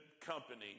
company